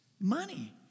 Money